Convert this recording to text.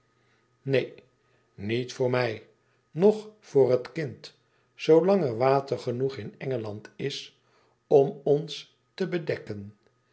neen niet voor mij noch voor het kind zoolang er water genoeg in engeland is om ons te bedekken